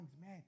Man